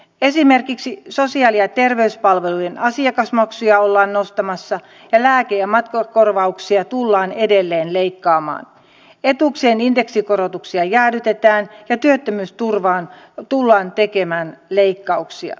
esimerkiksi sosiaali ja terveyspalvelujen asiakasmaksuja ollaan nostamassa lääke ja matkakorvauksia tullaan edelleen leikkaamaan etuuksien indeksikorotuksia jäädytetään ja työttömyysturvaan tullaan tekemään leikkauksia